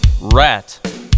rat